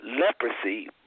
leprosy